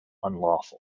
unlawful